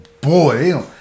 boy